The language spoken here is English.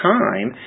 time